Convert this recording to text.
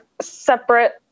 separate